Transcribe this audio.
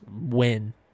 win